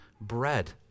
bread